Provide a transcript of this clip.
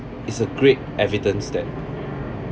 it's a great evidence that